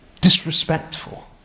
disrespectful